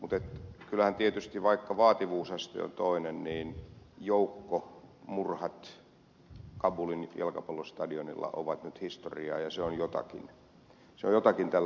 mutta kyllähän tietysti vaikka vaativuusaste on toinen niin joukkomurhat kabulin jalkapallostadionilla ovat nyt historiaa ja se on jotakin se on jotakin tällä tiellä